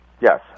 Yes